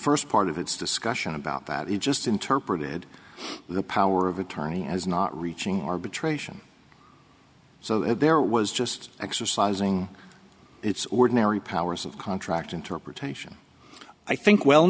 first part of its discussion about that in just interpreted the power of attorney as not reaching arbitration so there was just exercising its ordinary powers of contract interpretation i think